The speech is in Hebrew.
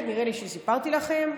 נדמה לי שסיפרתי לכם.